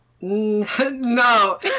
No